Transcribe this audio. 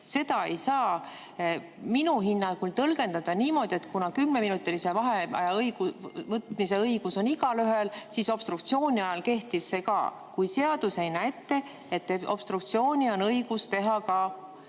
Seda ei saa minu hinnangul tõlgendada niimoodi, et kuna kümneminutilise vaheaja võtmise õigus on igaühel, siis obstruktsiooni ajal kehtib see samuti, kui seadus ei näe ette, et obstruktsiooni on õigus teha ka